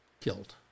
killed